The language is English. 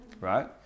right